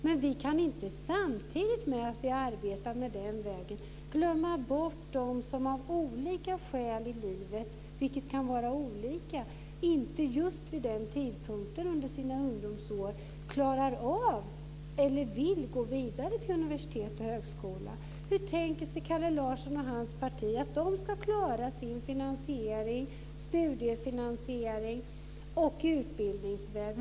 Men vi kan inte samtidigt som vi arbetar med den vägen glömma bort dem som av olika skäl inte just vid denna tidpunkt, under sina ungdomsår, vill eller klarar av att gå vidare till universitet och högskola. Hur tänker sig Kalle Larsson och hans parti att de ska klara sin studiefinansiering och utbildningsväg?